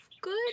good